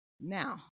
Now